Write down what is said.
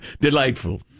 delightful